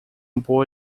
boa